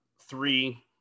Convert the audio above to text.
three